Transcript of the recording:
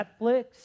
Netflix